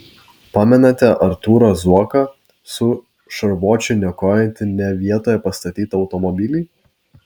pamenate artūrą zuoką su šarvuočiu niokojantį ne vietoje pastatytą automobilį